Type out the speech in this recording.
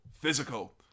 physical